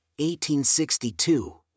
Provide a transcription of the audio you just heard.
1862